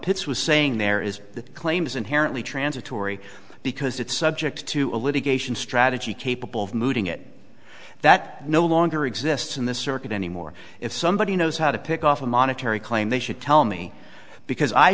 pitts was saying there is that claim is inherently transitory because it's subject to a litigation strategy capable of moving it that no longer exists in the circuit anymore if somebody knows how to pick off a monetary claim they should tell me because i